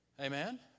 Amen